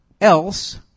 else